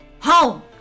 home